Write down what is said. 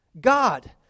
God